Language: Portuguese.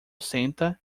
senta